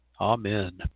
Amen